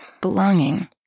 Belonging